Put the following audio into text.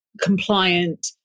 compliant